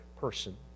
person